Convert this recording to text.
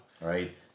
Right